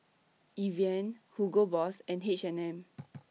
Evian Hugo Boss and H and M